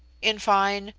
in fine,